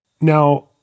now